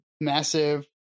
massive